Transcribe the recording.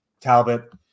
talbot